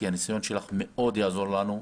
כי הניסיון שלך מאוד יעזור לנו.